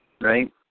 Right